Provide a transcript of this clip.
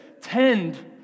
tend